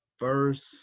first